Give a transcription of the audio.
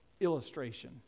illustration